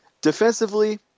Defensively